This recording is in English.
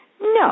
No